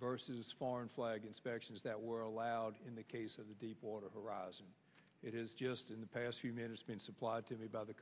versus foreign flag inspections that were allowed in the case of the deepwater horizon it is just in the past few minutes been supplied to me by the